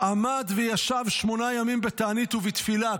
"עמד וישב שמונה ימים בתענית ובתפילה",